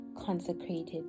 consecrated